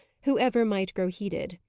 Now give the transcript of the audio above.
whoever might grow heated.